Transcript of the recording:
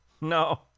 no